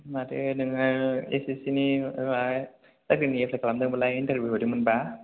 माथो नोङो एसएससिनि माबा द्राइभिंनि एप्लाइ खालामदोंमोनलाय इन्टारभिउ हैदोंमोन बा